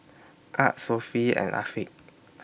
Ahad Sofea and Afiq